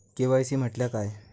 KYC म्हटल्या काय?